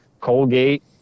Colgate